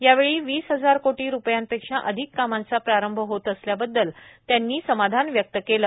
यावेळी वीस हजार कोटी रुपयांपेक्षा अधिक कामांचा प्रारंभ होत असल्याबददल त्यांनी समाधान व्यक्त केला